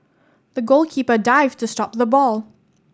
the goalkeeper dived to stop the ball